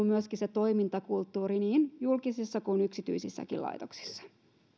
myöskin toimintakulttuuri muuttuu aidosti niin julkisissa kuin yksityisissäkin laitoksissa